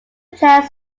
plans